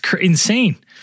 insane